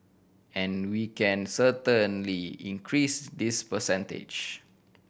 and we can certainly increase this percentage